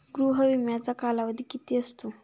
गृह विम्याचा कालावधी किती असतो?